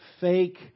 fake